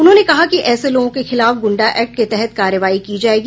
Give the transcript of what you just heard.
उन्होंने कहा कि ऐसे लोगों के खिलाफ गुण्डा एक्ट के तहत कार्रवाई की जायेगी